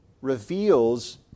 reveals